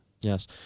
Yes